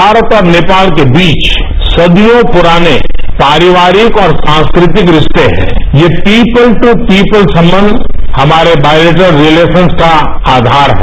भारत और नेपाल के बीच सदियों पुराने पारिवारिक और सांस्कृतिक रिश्ते हैं ये पीपुल ट्र पीपुल संबंध हमारे बायलिटेरल रिलेशंस का आधार है